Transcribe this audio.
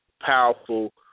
powerful